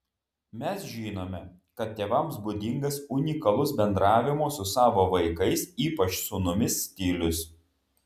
mes žinome kad tėvams būdingas unikalus bendravimo su savo vaikais ypač sūnumis stilius